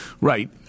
Right